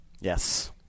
Yes